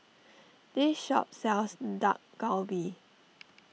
this shop sells Dak Galbi